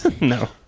No